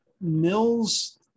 mills